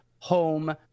home